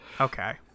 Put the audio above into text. Okay